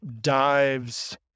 dives